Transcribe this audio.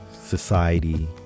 society